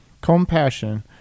compassion